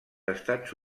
estats